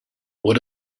what